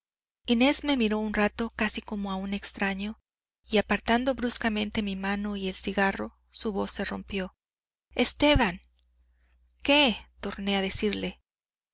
inés me miró un rato casi como a un extraño y apartando bruscamente mi mano y el cigarro su voz se rompió esteban qué torné a decirle